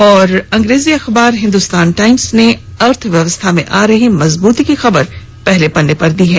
वहीं अंग्रेजी अखबर हिन्दुस्तान टाईम्स ने अर्थव्यवस्था में आ रही मजबूती की खबर को पहले पन्ने पर लिया है